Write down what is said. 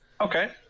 Okay